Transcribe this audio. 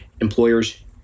employers